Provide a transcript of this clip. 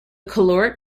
caloric